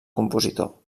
compositor